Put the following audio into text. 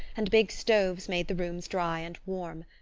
and big stoves made the rooms dry and warm.